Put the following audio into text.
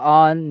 on